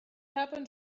happen